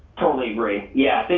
totally agree, yeah,